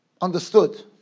understood